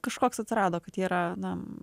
kažkoks atsirado kad jie yra na